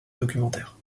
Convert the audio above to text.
documentaires